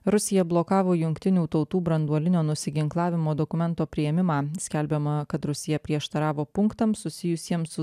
rusija blokavo jungtinių tautų branduolinio nusiginklavimo dokumento priėmimą skelbiama kad rusija prieštaravo punktams susijusiems su